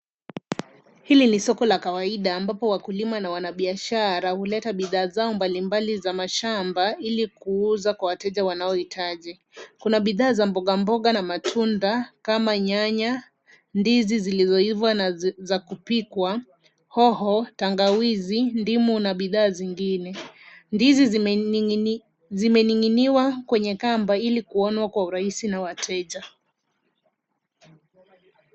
Hili ni soko la kawaida ambapo wakulima na wanabiashara huleta bidhaa zao mbalimbali za mashamba ili kuuzwa kwa wateja wanaohitaji. Kuna bidhaa za mboga mboga na matunda kama nyanya, ndizi zilizoiva na za kupikwa, hoho, tangawizi, ndimu na bidhaa zingine. Ndizi zimening'iniwa kwenye kamba ili kuonwa kwa urahisi na wateja.